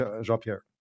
Jean-Pierre